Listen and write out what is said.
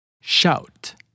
shout